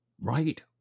Right